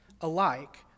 alike